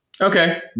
Okay